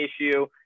issue